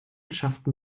schafften